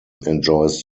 enjoys